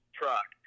truck